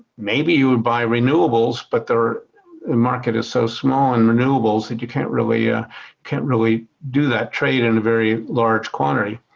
maybe you would buy renewables but the market is so small in renewables that you can't really ah can't really do that trade in a very large quantity.